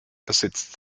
besitzt